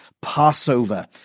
Passover